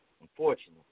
unfortunately